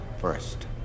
first